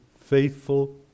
faithful